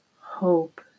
hope